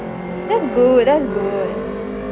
that's good that's good